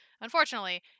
unfortunately